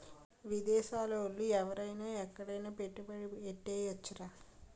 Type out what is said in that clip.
విదేశాల ఓళ్ళు ఎవరైన ఎక్కడైన పెట్టుబడి ఎట్టేయొచ్చురా